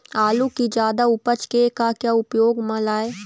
आलू कि जादा उपज के का क्या उपयोग म लाए?